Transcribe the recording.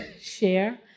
share